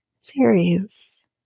series